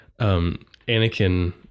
Anakin